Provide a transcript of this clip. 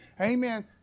amen